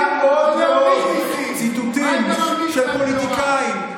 הוא זיהה עוד ועוד ציטוטים של פוליטיקאים,